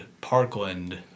Parkland